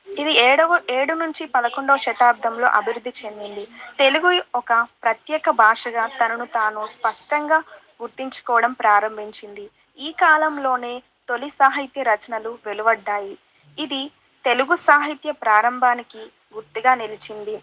ఇది ఏడవ ఏడు నుంచి పదకొండవ శతాబ్దంలో అభివృద్ధి చెందింది తెలుగు ఒక ప్రత్యేక భాషగా తనను తాను స్పష్టంగా గుర్తించుకోవడం ప్రారంభించింది ఈ కాలంలోనే తొలి సాహిత్య రచనలు వెలువడ్డాయి ఇది తెలుగు సాహిత్య ప్రారంభానికి గుర్తుగా నిలిచింది